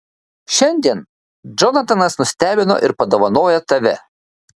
šiandien džonatanas nustebino ir padovanojo tave